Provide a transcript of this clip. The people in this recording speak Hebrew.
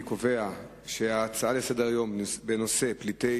אני קובע שההצעה לסדר-היום בנושא פליטי